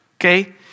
Okay